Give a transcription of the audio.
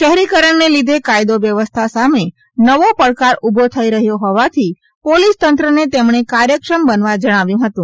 શહેરીકરણને લીધે કાયદો વ્યવસ્થા સામે નવો પડકાર ઉભો થઇ રહ્યો હોવાથી પોલીસતંત્રને તેમણે કાર્યક્ષમ બનવા જણાવ્યુ હતું